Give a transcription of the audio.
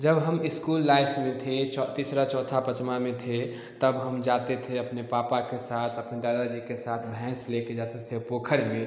जब हम school life में थे तिसरा चौथा पांचवा में थे तब हम जाते थे अपने पापा के साथ अपने दादा जी के साथ भैंस ले कर जाते थे पोखर में